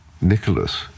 Nicholas